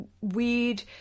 weird